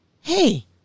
hey